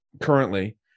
currently